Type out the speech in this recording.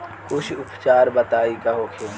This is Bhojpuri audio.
कुछ उपचार बताई का होखे?